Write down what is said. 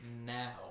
now